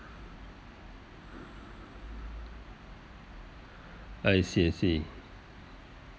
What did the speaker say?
I see I see